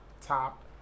top